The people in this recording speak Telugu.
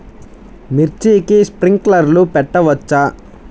మిర్చికి స్ప్రింక్లర్లు పెట్టవచ్చా?